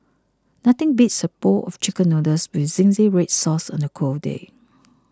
nothing beats a bowl of Chicken Noodles with Zingy Red Sauce on a cold day